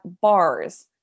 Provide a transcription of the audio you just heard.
bars